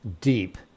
deep